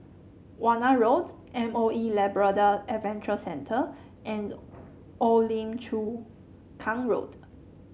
Warna Road M O E Labrador Adventure Center and Old Lim Chu Kang Road